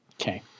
okay